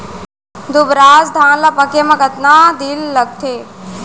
दुबराज धान ला पके मा कतका दिन लगथे?